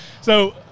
So-